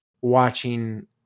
watching